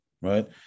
right